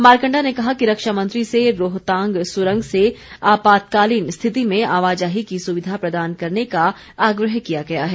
मारकंडा ने कहा कि रक्षामंत्री से रोहतांग सुरंग से आपातकालीन रिश्यति में आवाजाही की सुविधा प्रदान करने का आग्रह किया गया है